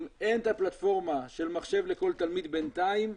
אם אין את הפלטפורמה של מחשב לכל תלמיד בינתיים,